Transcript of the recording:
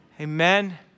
amen